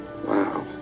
Wow